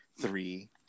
Three